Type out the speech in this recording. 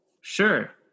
Sure